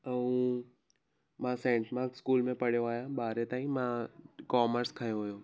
ऐं मां Saint Mark school में पढ़यो आहियां ॿारहें ताईं मां कोमर्स खंयो हुयो